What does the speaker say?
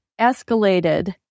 escalated